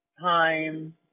time